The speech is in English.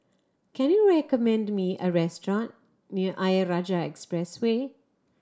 can you recommend me a restaurant near Ayer Rajah Expressway